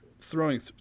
throwing